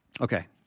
Okay